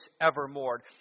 evermore